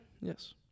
Yes